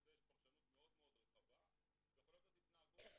לזה יש פרשנות מאוד רחבה ויכולות להיות התנהגויות,